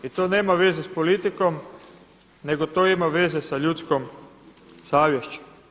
I to nema veze sa politikom nego to ima veze sa ljudskom savješću.